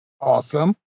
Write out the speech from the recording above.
Awesome